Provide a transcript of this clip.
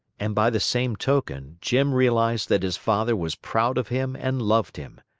and by the same token, jim realized that his father was proud of him and loved him.